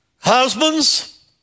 Husbands